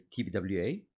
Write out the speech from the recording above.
TBWA